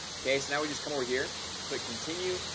okay. so now we just come over here click continue